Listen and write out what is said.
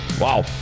wow